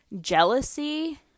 jealousy